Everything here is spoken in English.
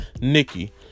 Nikki